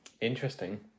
Interesting